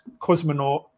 cosmonaut